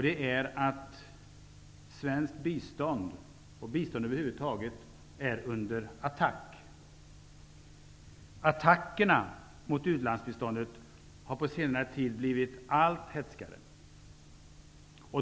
Det är att svenskt bistånd, och bistånd över huvud taget, är under attack. Attackerna mot ulandsbiståndet har på senare tid blivit allt hätskare.